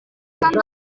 kandi